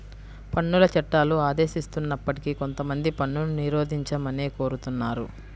పన్నుల చట్టాలు ఆదేశిస్తున్నప్పటికీ కొంతమంది పన్నును నిరోధించమనే కోరుతున్నారు